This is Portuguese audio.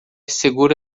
segura